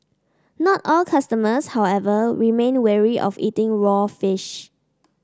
not all customers however remain wary of eating raw fish